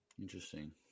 Interesting